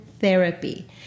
therapy